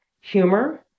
humor